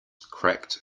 cracked